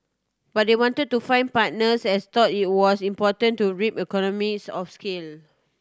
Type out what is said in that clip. but they wanted to find partners as thought it was important to reap economies of scale